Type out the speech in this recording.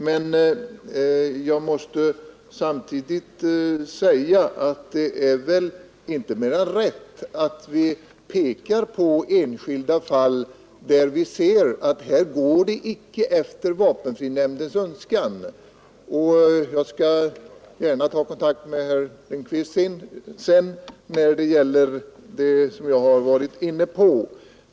Men jag måste samtidigt säga att det inte är mer än rätt att vi pekar på enskilda fall, där vi ser att det inte går efter vapenfrinämndens önskan. Jag skall gärna ta kontakt med herr Lindkvist sedan, när det gäller det fall som jag har nämnt.